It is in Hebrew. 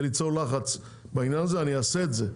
ליצור לחץ בעניין הזה אני אעשה את זה.